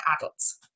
adults